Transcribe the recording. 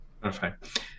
Perfect